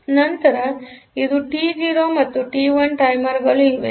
ನಂತರ ಇದು ಟಿ 0 ಮತ್ತು ಟಿ 1 ಟೈಮರ್ ಗಳು ಇವೆ